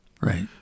Right